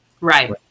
Right